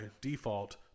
default